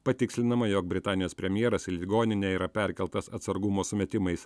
patikslinama jog britanijos premjeras į ligoninę yra perkeltas atsargumo sumetimais